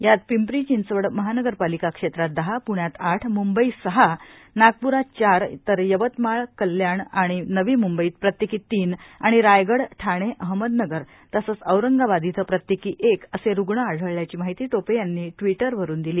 यात पिंपरी चिंचवड महानगरपालिका क्षेत्रात दहा प्ण्यात आठ मुंबईत सहा नागप्रात चार तर यवतमाळ कल्याण आणि नवी मुंबईत प्रत्येकी तीन आणि रायगड ठाणे अहमदनगर तसंच औरंगाबाद इथं प्रत्येकी एक असे रुग्ण आढळ्ल्याची माहिती टोपे यांनी टविटरवरुन दिली